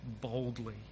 boldly